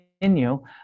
continue